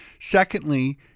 secondly